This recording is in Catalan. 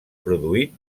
produït